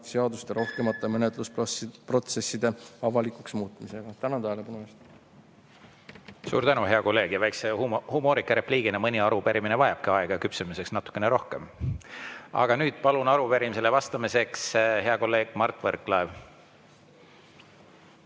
seaduste rohkemate menetlusprotsesside avalikuks muutmisega? Tänan tähelepanu eest! Suur tänu, hea kolleeg! Väikese humoorika repliigina: mõni arupärimine vajabki aega küpsemiseks natukene rohkem. Aga nüüd palun arupärimisele vastama hea kolleegi Mart Võrklaeva.